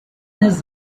his